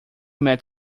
met